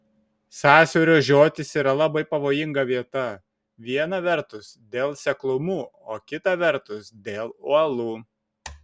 sąsiaurio žiotys yra labai pavojinga vieta viena vertus dėl seklumų o kita vertus dėl uolų